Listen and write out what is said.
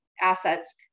Assets